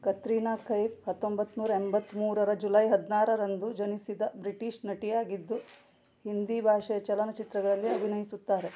ಕತ್ರಿನಾ ಕೈಫ್ ಹತ್ತೊಂಬತ್ತನೂರ ಎಂಬತ್ತ್ಮೂರರ ಜುಲೈ ಹದಿನಾರರಂದು ಜನಿಸಿದ ಬ್ರಿಟಿಷ್ ನಟಿಯಾಗಿದ್ದು ಹಿಂದಿ ಭಾಷೆಯ ಚಲನಚಿತ್ರಗಳಲ್ಲಿ ಅಭಿನಯಿಸುತ್ತಾರೆ